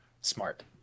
smart